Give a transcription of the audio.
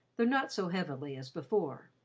though not so heavily as before.